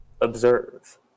Observe